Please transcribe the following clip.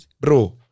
Bro